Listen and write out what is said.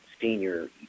senior